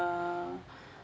uh